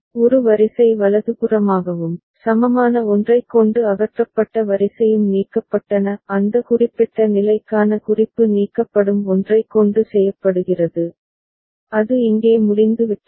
ஒரு வரிசை வலதுபுறமாகவும் சமமான ஒன்றைக் கொண்டு அகற்றப்பட்ட வரிசையும் நீக்கப்பட்டன அந்த குறிப்பிட்ட நிலைக்கான குறிப்பு நீக்கப்படும் ஒன்றைக் கொண்டு செய்யப்படுகிறது அது இங்கே முடிந்துவிட்டது